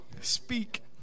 Speak